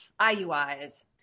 IUIs